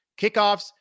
kickoffs